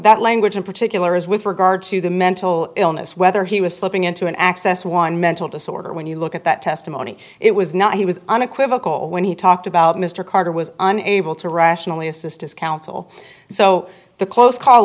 that language in particular is with regard to the mental illness whether he was slipping into an access one mental disorder when you look at that testimony it was not he was unequivocal when he talked about mr carter was unable to rationally assist his counsel so the close call